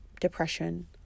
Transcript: depression